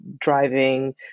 driving